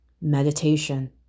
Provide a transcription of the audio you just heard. Meditation